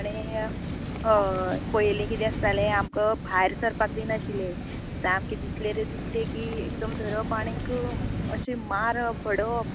आनी हय पयली किते जाले आमकां भायर सरपाक बी नाशिल्ले सामके दिसले रे दिसले की एकदम धरप आनीक अशे मारप बडोवप